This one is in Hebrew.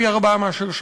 פי-ארבעה משאר הנחלים.